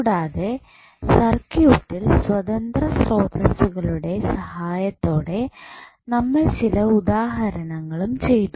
കൂടാതെ സർക്യൂട്ടിൽ സ്വതന്ത്ര സ്രോതസ്സുകളുടെ സഹായത്തോടെ നമ്മൾ ചില ഉദാഹരണങ്ങളും ചെയ്തു